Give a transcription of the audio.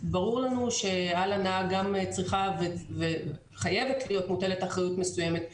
ברור לנו שעל הנהג גם חייבת להיות מוטלת אחריות מסוימת,